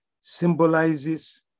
symbolizes